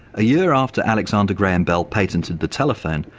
a year after alexander graham bell patented the telephone,